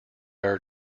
are